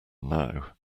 now